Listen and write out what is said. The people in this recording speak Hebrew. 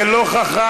זה לא חכם.